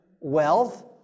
wealth